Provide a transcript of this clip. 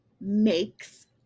makes